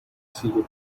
see